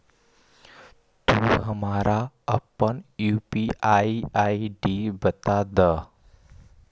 तू हमारा अपन यू.पी.आई आई.डी बता दअ